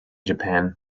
japan